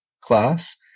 class